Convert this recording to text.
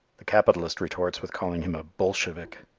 the capitalist retorts with calling him a bolshevik.